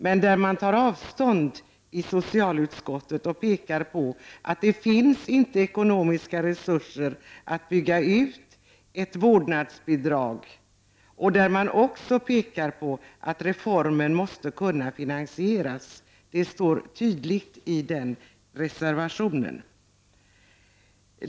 Folkpartiets representanter i socialutskottet framhåller att det inte finns ekonomiska resurser att införa ett vårdnadsbidrag. De pekar också på att reformen måste kunna finansieras. Det står tydligt i den reservationen.